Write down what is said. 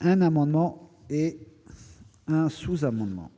un amendements et sous-amendements.